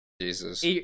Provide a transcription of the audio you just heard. Jesus